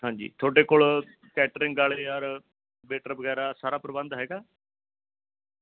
ਹਾਂਜੀ ਤੁਹਾਡੇ ਕੋਲ ਕੈਟਰਿੰਗ ਵਾਲੇ ਯਾਰ ਵੇਟਰ ਵਗੈਰਾ ਸਾਰਾ ਪ੍ਰਬੰਧ ਹੈਗਾ